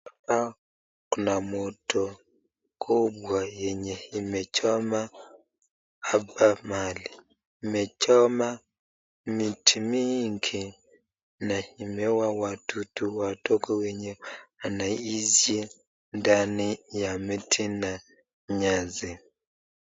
Hapa kuna moto kubwa yenye imechoma hapa mahali. Imechoma miti mingi na imeua wadudu wadogo wenye wanaishi ndani ya miti na nyasi.